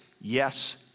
yes